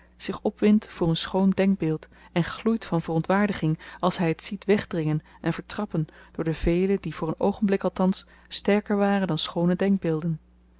zich opwindt voor een schoon denkbeeld en gloeit van verontwaardiging als hy het ziet wegdringen en vertrappen door de velen die voor een oogenblik althans sterker waren dan schoone denkbeelden